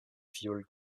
fiole